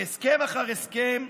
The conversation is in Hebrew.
והסכם אחר הסכם,